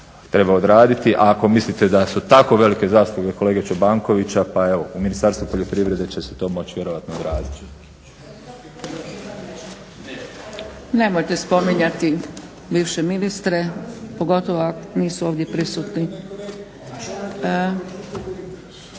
treba odrediti, a ako mislite da su tako velike zasluge kolege Čobankovića, pa evo u Ministarstvu poljoprivrede će se to moć vjerojatno odradit. **Zgrebec, Dragica (SDP)** Nemojte spominjati bivše ministre, pogotovo ako nisu ovdje prisutni.